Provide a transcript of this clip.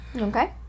Okay